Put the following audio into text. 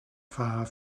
far